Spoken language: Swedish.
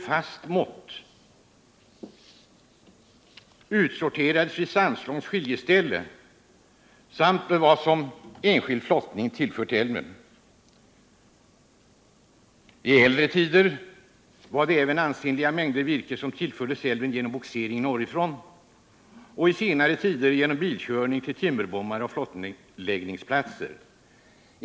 fast mått timmer utsorterats vid Sandslåns skiljeställe. Därtill kommer vad som genom enskild flottning tillförts älven. I äldre tider tillfördes älven ansenliga mängder virke genom bogsering norrifrån, och i senare tider har det skett genom bilkörning till timmerbommar och flottläggningsplatser.